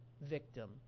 victim